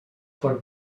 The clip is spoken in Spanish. por